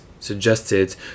suggested